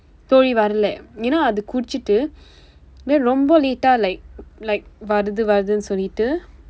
தோழி வரலை:thoozhi varalai you know அது குடித்துட்டு ரொம்ப:athu kudiththutdu rompa late-aa like like வருது வருதுன்னு சொல்லிட்டு:varuthu varuthunnu sollitdu